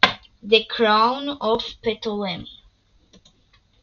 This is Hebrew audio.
The Crown of Ptolemy עלילה סדרת פרסי ג'קסון